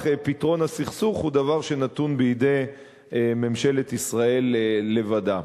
פתרון הסכסוך הוא דבר שנתון בידי ממשלת ישראל לבדה.